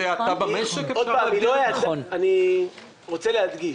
אני רוצה להדגיש.